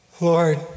Lord